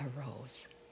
arose